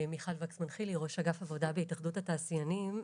אני ראש אגף עבודה בהתאחדות התעשיינים.